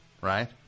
right